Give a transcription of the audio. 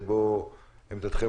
שבו עמדתכם,